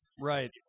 Right